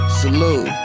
salute